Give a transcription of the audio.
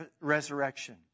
resurrection